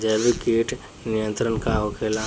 जैविक कीट नियंत्रण का होखेला?